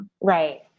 Right